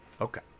Okay